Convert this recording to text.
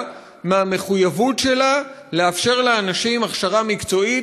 מהמחויבות שלה לאפשר לאנשים הכשרה מקצועית,